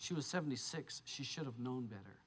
she was seventy six she should have known better